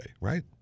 right